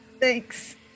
Thanks